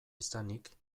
izanik